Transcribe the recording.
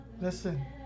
listen